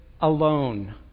alone